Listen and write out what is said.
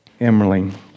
Emerling